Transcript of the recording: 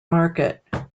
market